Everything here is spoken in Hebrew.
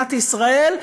במדינת ישראל,